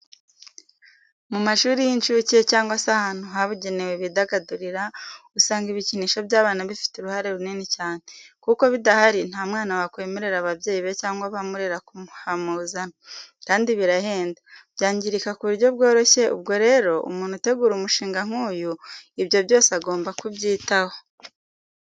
Mu mashuri y'incuke cyangwa se ahantu habugenewe bidagadurira, usanga ibikinisho by'abana bifite uruhare runini cyane, kuko bidahari nta mwana wakwemerera ababyeyi be cyangwa abamurera kuhamuzana, kandi birahenda, byangirika ku buryo bworoshye, ubwo rero, umuntu utegura umushinga nk'uyu, ibyo byose agomba kubyitaho.